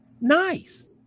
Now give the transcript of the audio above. nice